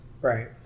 right